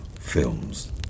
films